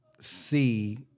see